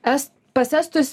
es pas estus